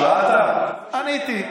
שאלת, עניתי.